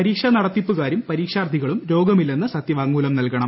പരീക്ഷാ നടത്തിപ്പുകാരും പരീക്ഷാർത്ഥികളും രോഗമില്ലെന്ന് സത്യവാങ്മൂലം നൽകണം